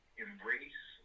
Embrace